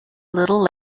little